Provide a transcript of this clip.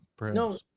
No